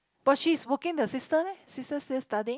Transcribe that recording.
but she is working her sister leh sister still studying